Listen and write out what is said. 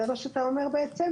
זה מה שאתה אומר בעצם?